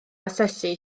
asesu